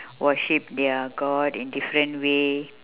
worship their god in different way